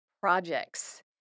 projects